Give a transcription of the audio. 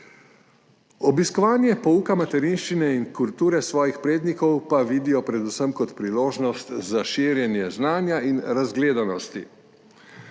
Obiskovanje pouka materinščine in kulture svojih prednikov pa vidijo predvsem kot priložnost za širjenje znanja in razgledanosti.